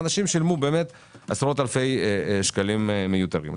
אנשים באמת שילמו עשרות אלפי שקלים מיותרים.